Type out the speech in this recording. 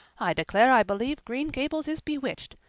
i declare i believe green gables is bewitched.